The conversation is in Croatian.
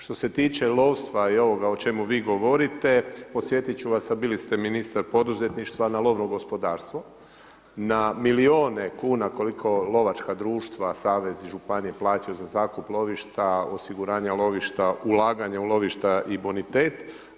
Što se tiče lovstva i ovoga o čemu vi govorite podsjetit ću vas a bili ste ministar poduzetništva, na lovno gospodarstvo, na milijune kuna koje lovačka društva, savezi i županije plaćaju za zakup lovišta, osiguranja lovišta, ulaganja u lovišta i bonitet.